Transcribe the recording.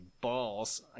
balls